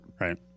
Right